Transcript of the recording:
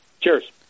Cheers